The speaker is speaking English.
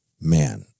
Man